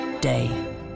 day